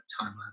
timeline